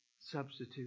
substitute